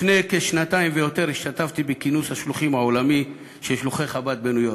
לפני כשנתיים השתתפתי בכינוס השלוחים העולמי של חב"ד בניו-יורק.